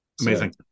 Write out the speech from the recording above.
Amazing